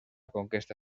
conquesta